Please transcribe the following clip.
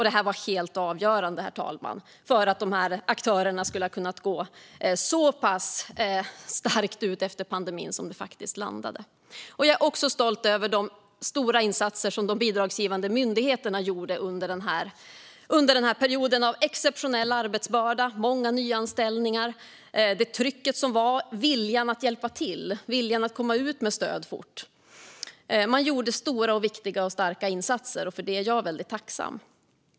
Detta var helt avgörande, herr talman, för att aktörerna kunde gå så pass starka ur pandemin som de faktiskt gjorde. Jag är också stolt över de stora insatser som de bidragsgivande myndigheterna gjorde under denna period av exceptionell arbetsbörda, många nyanställningar, det tryck som fanns, viljan att hjälpa till och viljan att komma ut med stöd fort. Man gjorde stora och viktiga starka insatser, och för det är jag väldigt tacksam.